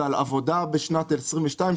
זה על עבודה בשנת 2022,